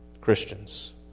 Christians